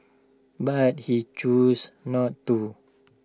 but he chose not to